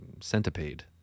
centipede